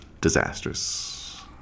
disastrous